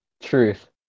Truth